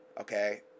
okay